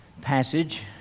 passage